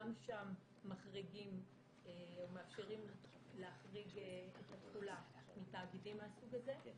גם שם מאפשרים להחריג את התחולה מתאגידים מהסוג הזה.